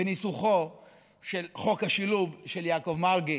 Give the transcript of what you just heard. בניסוחו של חוק השילוב של יעקב מרגי.